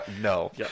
No